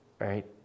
right